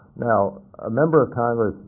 now, a member of congress,